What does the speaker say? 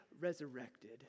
resurrected